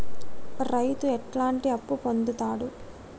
రైతు ఎట్లాంటి అప్పు పొందుతడు?